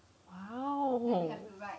!wow!